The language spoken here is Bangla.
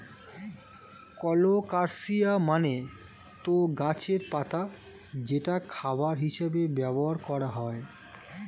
কলোকাসিয়া মানে তো গাছের পাতা যেটা খাবার হিসেবে ব্যবহার করা হয়